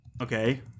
Okay